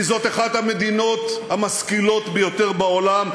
כי זאת אחת המדינות המשכילות ביותר בעולם,